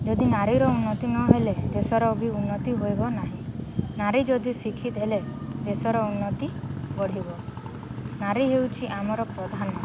ଯଦି ନାରୀର ଉନ୍ନତି ନହେଲେ ଦେଶର ବି ଉନ୍ନତି ହୋଇବ ନାହିଁ ନାରୀ ଯଦି ଶିକ୍ଷିତ ହେଲେ ଦେଶର ଉନ୍ନତି ବଢ଼ିବ ନାରୀ ହେଉଛି ଆମର ପ୍ରଧାନ